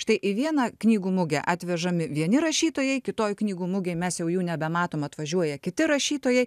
štai į vieną knygų mugę atvežami vieni rašytojai kitoj knygų mugėj mes jau jų nebematom atvažiuoja kiti rašytojai